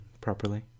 properly